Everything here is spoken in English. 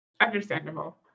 Understandable